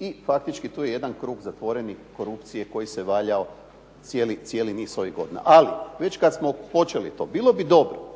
i faktički tu je jedan krug zatvoreni korupcije koji se valjao cijeli niz ovih godina. Ali, već kad smo počeli to, bilo bi dobro,